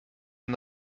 and